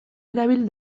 erabili